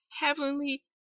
Heavenly